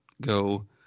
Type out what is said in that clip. go